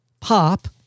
pop